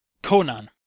Conan